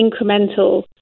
incremental